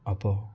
അപ്പോൾ